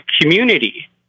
community